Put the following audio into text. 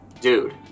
Dude